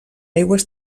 aigües